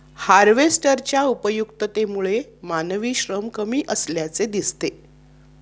हार्वेस्टरच्या उपयुक्ततेमुळे मानवी श्रम कमी असल्याचे दिसते